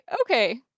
okay